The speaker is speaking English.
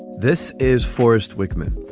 this is forrest wickman.